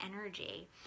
energy